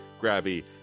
grabby